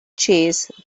chase